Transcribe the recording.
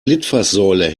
litfaßsäule